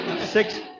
Six